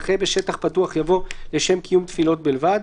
אחרי "בשטח פתוח" יבוא "לשם קיום תפילות בלבד"